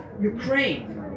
Ukraine